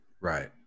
Right